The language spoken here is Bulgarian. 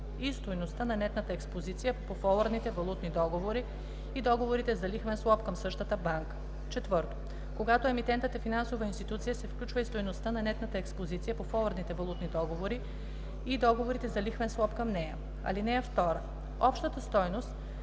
и стойността на нетната експозиция по форуърдните валутни договори и договорите за лихвен суап към същата банка; 4. когато емитентът е финансова институция, се включва и стойността на нетната експозиция по форуърдните валутни договори и договорите за лихвен суап към нея. (2) Общата стойност